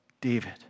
David